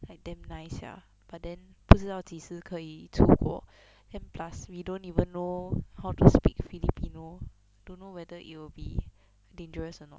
like damn nice sia but then 不知道几时可以去国 then plus we don't even know how to speak filipino don't know whether it will be dangerous or not